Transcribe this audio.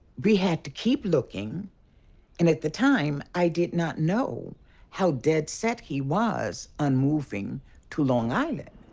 we had to keep looking, and at the time, i did not know how dead set he was on moving to long island.